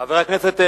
חבר הכנסת מיכאלי.